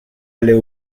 allait